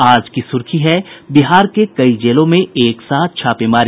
आज की सुर्खी है बिहार के कई जेलों में एक साथ छापेमारी